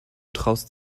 traust